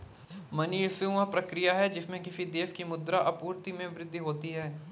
money issue, वह प्रक्रिया है जिससे किसी देश की मुद्रा आपूर्ति में वृद्धि होती है